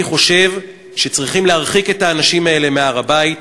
אני חושב שצריכים להרחיק את האנשים האלה מהר-הבית,